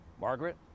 Margaret